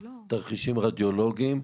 או תרחישים רדיולוגיים,